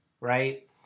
right